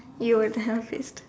you were to her face